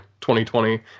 2020